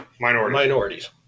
minorities